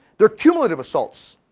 they're cumulative assaults.